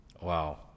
Wow